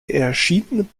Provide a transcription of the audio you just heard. erschien